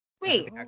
Wait